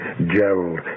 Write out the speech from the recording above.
Gerald